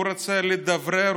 הוא רוצה לדברר,